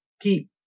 keep